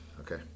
Okay